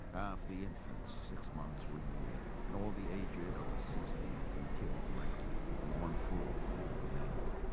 the infants six months or a year and all the aged over sixty have been killed directly and one-fourth of the remainder.